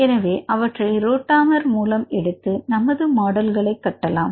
எனவே அவற்றை ரோட்டமர் மூலம் எடுத்து நமது மாடல்களை கட்டலாம்